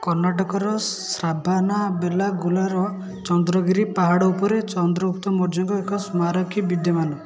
କର୍ଣ୍ଣାଟକର ଶ୍ରା ଶ୍ରାଭାନାବେଲାଗୋଲାର ଚନ୍ଦ୍ରଗିରି ପାହାଡ଼ ଉପରେ ଚନ୍ଦ୍ରଗୁପ୍ତ ମୌର୍ଯ୍ୟଙ୍କ ଏକ ସ୍ମାରକୀ ବିଦ୍ୟମାନ